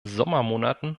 sommermonaten